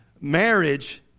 marriage